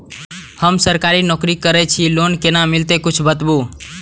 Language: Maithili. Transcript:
हम सरकारी नौकरी करै छी लोन केना मिलते कीछ बताबु?